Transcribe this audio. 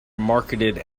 marketed